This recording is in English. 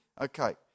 Okay